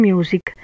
Music